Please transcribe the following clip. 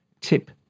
tip